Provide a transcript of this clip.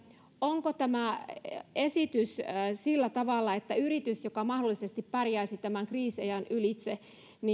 onko tämä esitys sillä tavalla että yritys joka mahdollisesti pärjäisi tämän kriisiajan ylitse